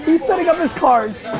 he's setting up his cards.